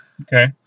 Okay